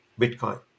Bitcoin